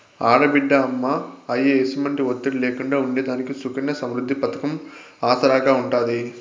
ఆడబిడ్డ అమ్మా, అయ్య ఎసుమంటి ఒత్తిడి లేకుండా ఉండేదానికి సుకన్య సమృద్ది పతకం ఆసరాగా ఉంటాది